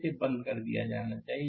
इसे बंद कर दिया जाना चाहिए